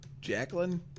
Jacqueline